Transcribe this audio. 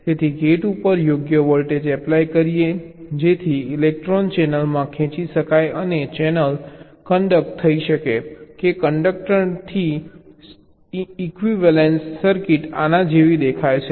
તેથી ગેટ ઉપર યોગ્ય વોલ્ટેજ એપ્લાય કરીએ જેથી ઈલેક્ટ્રોન ચેનલમાં ખેંચી શકાય અને ચેનલ ન્ડક્ટ થઈ શકે કે કન્ડક્ટ ન થી શકે ઇક્વિવેલેંસ સર્કિટ આના જેવી દેખાય છે